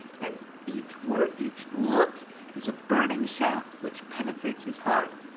and each word, each look is a burning shaft which penetrates his heart.